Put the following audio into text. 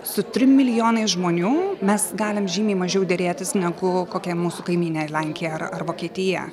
su trim milijonais žmonių mes galim žymiai mažiau derėtis negu kokia mūsų kaimynė lenkija ar ar vokietija